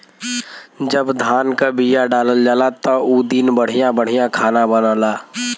जब धान क बिया डालल जाला त उ दिन बढ़िया बढ़िया खाना बनला